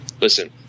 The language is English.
Listen